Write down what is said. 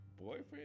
boyfriend